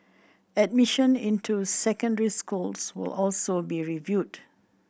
admission into secondary schools will also be reviewed